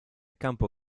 campo